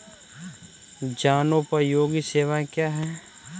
जनोपयोगी सेवाएँ क्या हैं?